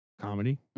Comedy